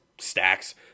stacks